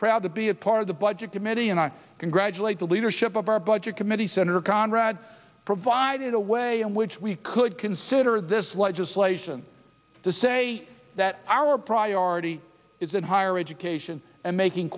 proud to be a part of the budget committee and i congratulate the leadership of our budget committee senator conrad provided a way in which we could consider this legislation to say that our priority is in higher education and making